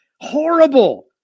Horrible